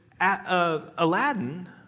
Aladdin